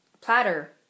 Platter